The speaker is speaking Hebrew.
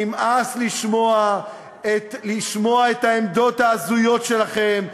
נמאס לשמוע את העמדות ההזויות שלכם,